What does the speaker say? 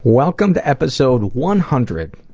welcome to episode one hundred.